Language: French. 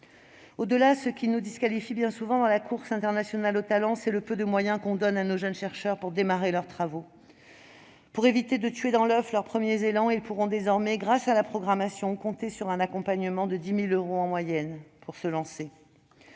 Au-delà, ce qui nous disqualifie bien souvent dans la course internationale aux talents, c'est le peu de moyens qu'on donne à nos jeunes chercheurs pour démarrer leurs travaux. Pour éviter de tuer dans l'oeuf leurs premiers élans, ils pourront désormais, grâce à la programmation, compter sur un accompagnement de 10 000 euros en moyenne pour se lancer.